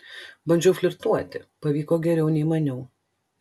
bandžiau flirtuoti pavyko geriau nei maniau